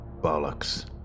bollocks